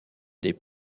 des